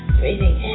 breathing